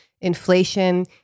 inflation